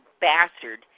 bastard